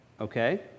okay